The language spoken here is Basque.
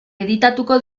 editatuko